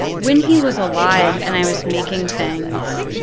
when he was alive and i was making things,